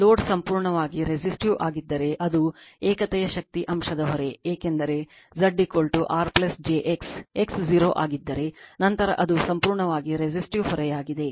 load ಸಂಪೂರ್ಣವಾಗಿ resistive ಆಗಿದ್ದರೆ ಅದು ಏಕತೆಯ ಶಕ್ತಿ ಅಂಶದ ಹೊರೆ ಏಕೆಂದರೆ Z R j X X 0 ಆಗಿದ್ದರೆ ನಂತರ ಅದು ಸಂಪೂರ್ಣವಾಗಿ resistive ಹೊರೆಯಾಗಿದೆ